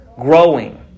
growing